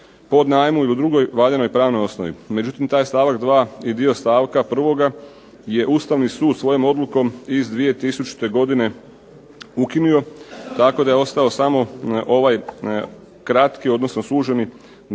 podnajmu i u drugoj valjanoj pravnoj osnovi. Međutim, taj je stavak 2. i dio stavka 1. je Ustavni sud svojom odlukom iz 2000. godine ukinuo, tako da je ostao samo ovaj kratki, odnosno suženi